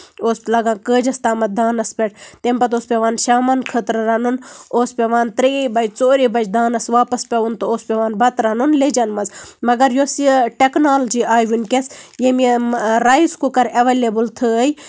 اوس لَگان کٲجِس تام دانَس پٮ۪ٹھ تَمہِ پَتہٕ اوس پیٚوان شامَن خٲطرٕ رَنُن اوس پیٚوان تریے بَجہِ ژوٚرے بَجہِ دانَس واپَس پیوُن تہٕ اوس پیٚوان بَتہٕ رَنُن لیجَن منٛز مَگر یۄس یہِ ٹیٚکنالجی آیہِ ؤنکیٚس یمۍ یم رایِس کُکر ایٚولیبٕل تھٲے یِمن منٛز